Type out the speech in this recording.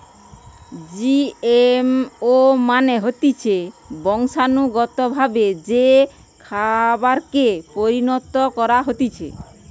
GMO মানে হতিছে বংশানুগতভাবে যে খাবারকে পরিণত করা হতিছে